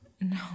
No